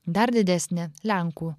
dar didesnė lenkų